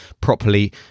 properly